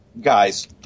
guys